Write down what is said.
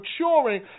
maturing